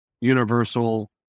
universal